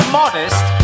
modest